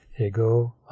Ego